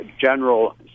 General